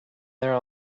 there